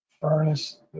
furnace